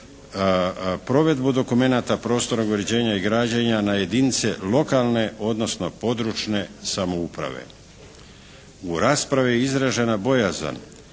provedbu dokumenata prostornog uređenja i građenja na jedinice odnosno područne samouprave. U raspravi je izražena bojazan